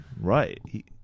Right